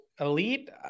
elite